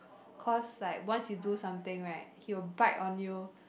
cause like once you do something right he will bite on you